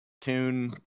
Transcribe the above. tune